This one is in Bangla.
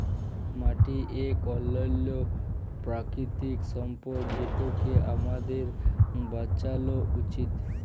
মাটি ইক অলল্য পেরাকিতিক সম্পদ যেটকে আমাদের বাঁচালো উচিত